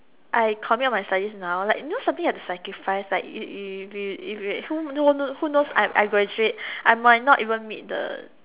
I commit on my studies now like you know something you have to sacrifice like you you you if you who who knows if I graduate I might not even meet the